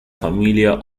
familia